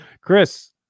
Chris